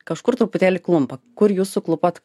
kažkur truputėlį klumpa kur jūs suklupot